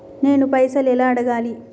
నేను పైసలు ఎలా అడగాలి?